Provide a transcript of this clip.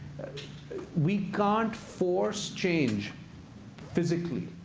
we can't force change physically,